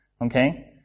okay